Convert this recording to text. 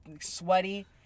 sweaty